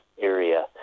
area